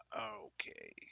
Okay